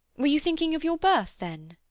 were you thinking of your birth then?